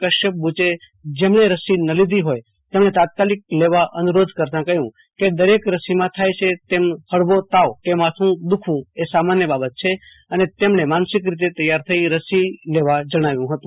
કશ્યપ બૂચે જેમણે રસી ન લીધી હોય તેમણે તાત્કાલિક લેવા અનુરોધ કરતાં કહ્યું કે દરેક રસીમાં થાય છે એમ ફળવો તાવ કે માથું દુઃખવું સામાન્ય બાબત છે અને તેમણે માનસિક રીતે તૈયાર થઇ રસી લેવા જણાવ્યું હતું